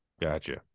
Gotcha